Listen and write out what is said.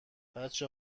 بچه